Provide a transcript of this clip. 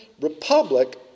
Republic